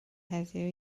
heddiw